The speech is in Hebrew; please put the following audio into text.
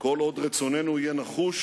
כל עוד רצוננו יהיה נחוש